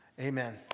Amen